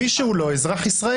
יעל, ולכן מי שהוא לא אזרח ישראלי.